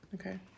Okay